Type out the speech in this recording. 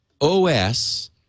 OS